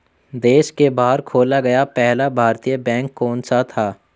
देश के बाहर खोला गया पहला भारतीय बैंक कौन सा था?